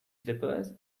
slippers